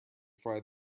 fry